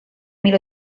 mil